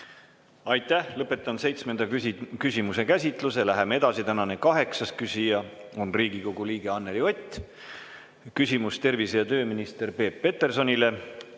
Aitäh! Lõpetan seitsmenda küsimuse käsitluse. Läheme edasi. Tänane kaheksas küsija on Riigikogu liige Anneli Ott, küsimus on tervise- ja tööminister Peep Petersonile,